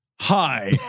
hi